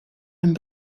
een